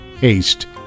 haste